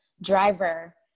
driver